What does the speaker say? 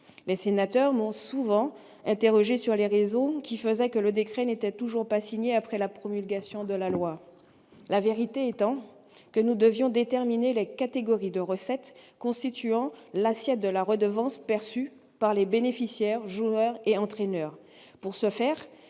Les sénateurs m'ont souvent interrogée sur les raisons qui faisaient que le décret n'était toujours pas signé un an après la promulgation de la loi, la vérité étant que nous devions préalablement déterminer les catégories de recettes constituant l'assiette de la redevance perçue par les bénéficiaires, joueurs et entraîneurs. Pour ce faire,